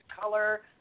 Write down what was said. color